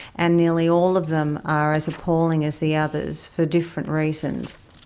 and nearly all of them are as appalling as the others for different reasons.